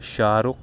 Shah Rukh